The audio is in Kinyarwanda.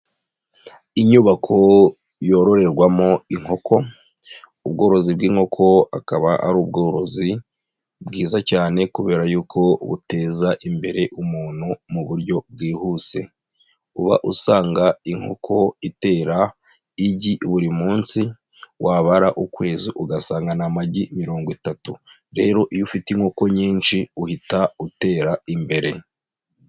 Inyubako yororerwamo inkoko. Ubworozi bw'inkoko akaba ari ubworozi bwiza cyane kubera yuko buteza imbere umuntu mu buryo bwihuse. Uba usanga inkoko itera igi buri munsi. Wabara ukwezi ugasanga n'amagi mirongo itatu rero iyo ufite inkoko nyinshi uhita utera imbere.